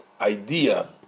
idea